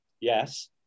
Yes